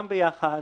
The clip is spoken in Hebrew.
הצלחנו כולם ביחד.